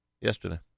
Yesterday